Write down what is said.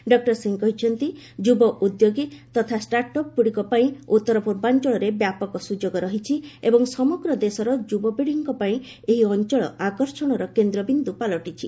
doctor Singh କହିଛନ୍ତି ଯୁବ ଉଦ୍ୟୋଗୀ ତଥା ଷ୍ଟାର୍ଟଅପ୍ଗୁଡ଼ିକ ପାଇଁ ଉତ୍ତର ପୂର୍ବାଞ୍ଚଳରେ ବ୍ୟାପକ ସୁଯୋଗ ରହିଛି ଏବଂ ସମଗ୍ର ଦେଶର ଯୁବାପୀଢ଼ିଙ୍କ ପାଇଁ ଏହି ଅଞ୍ଚଳ ଆକର୍ଷଣର କେନ୍ଦ୍ରବିନ୍ଦୁ ପାଲଟିଛି